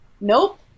nope